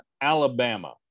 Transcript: Alabama